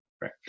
right